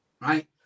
right